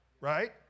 right